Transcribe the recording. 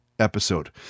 episode